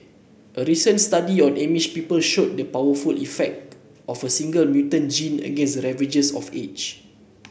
a recent study on Amish people showed the powerful effect of a single mutant gene against the ravages of age